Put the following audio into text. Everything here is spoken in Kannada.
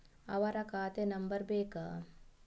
ಅವರ ಖಾತೆ ನಂಬರ್ ಬೇಕಾ?